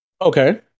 Okay